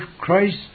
Christ